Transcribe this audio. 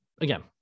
again